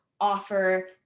offer